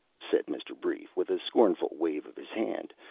said mr. brief, with a scornful wave of his hand,